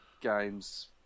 games